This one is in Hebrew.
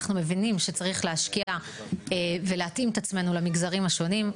אנחנו מבינים שצריך להשקיע ולהתאים את עצמנו למגזרים השונים,